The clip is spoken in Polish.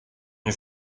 nie